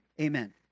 Amen